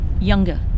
younger